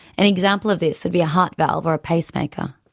an example of this would be a heart valve or a pacemaker.